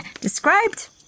described